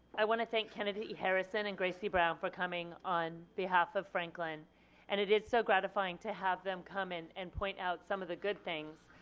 i want to thank kennadi hairston and gracie brown for coming on behalf of franklin and it is so gratifying to have them come and and point out some the good things,